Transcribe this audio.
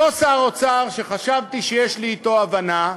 אותו שר אוצר שחשבתי שיש לי אתו הבנה,